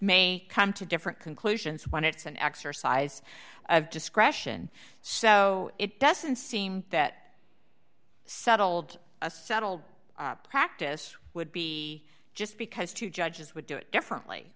may come to different conclusions when it's an exercise of discretion so it doesn't seem that settled a settled practice would be just because two judges would do it differently